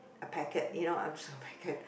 a packet you know uh just a packet